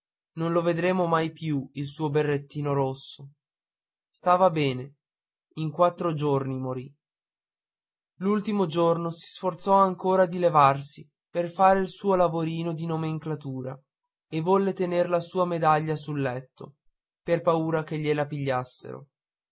non lo vedremo mai più il suo berrettino rosso stava bene in quattro giorni morì l'ultimo si sforzò ancora di levarsi per fare il suo lavorino di nomenclatura e volle tener la sua medaglia sul letto per paura che glie la